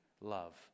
love